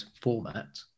format